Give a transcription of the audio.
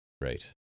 Right